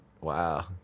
wow